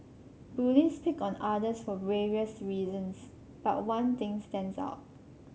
bullies pick on others for various reasons but one thing stands out